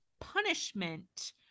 punishment